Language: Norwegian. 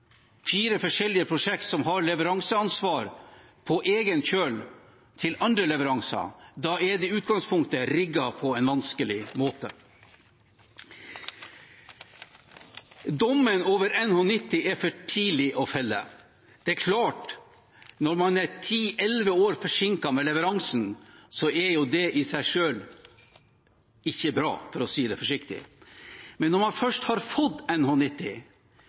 fire forskjellige firmaer som har leveranseansvar på egen kjøl for andre leveranser – er det i utgangspunktet rigget på en vanskelig måte. Dommen over NH90 er for tidlig å felle. Det er klart at når man er ti–elleve år forsinket med leveransen, er det i seg selv ikke bra, for å si det forsiktig. Men når man først har fått